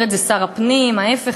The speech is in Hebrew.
אומר את זה שר הפנים: ההפך,